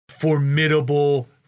formidable